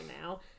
now